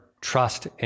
trust